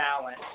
balance